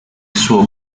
suo